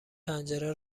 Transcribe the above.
پنجره